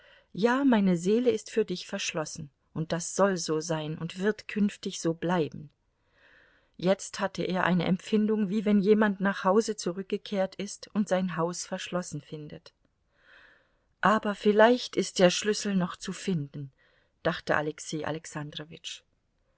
ja meine seele ist für dich verschlossen und das soll so sein und wird künftig so bleiben jetzt hatte er eine empfindung wie wenn jemand nach hause zurückgekehrt ist und sein haus verschlossen findet aber vielleicht ist der schlüssel noch zu finden dachte alexei